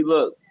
Look